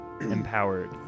empowered